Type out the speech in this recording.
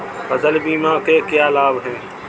फसल बीमा के क्या लाभ हैं?